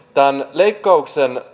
leikkauksen